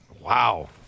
wow